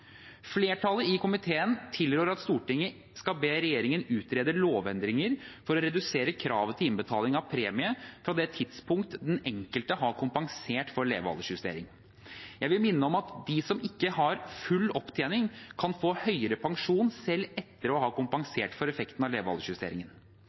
Flertallet i komiteen tilrår at Stortinget skal be regjeringen utrede lovendringer for å redusere kravet til innbetaling av premie fra det tidspunkt den enkelte har kompensert for levealdersjustering. Jeg vil minne om at de som ikke har full opptjening, kan få høyere pensjon selv etter å ha